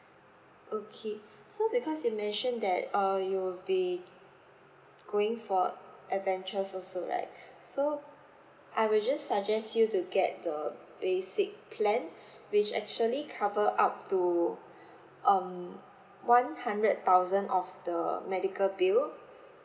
okay so because you mentioned that uh you will be going for adventures also right so I will just suggest you to get the basic plan which actually cover up to um one hundred thousand of the medical bill